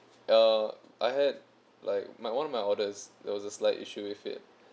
uh I had like my one of my orders there was a slight issue with it